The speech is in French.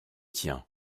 tien